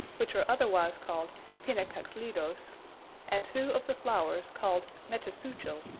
which are otherwise called pinacaxlidos and two of the flowers, called mechasuchil,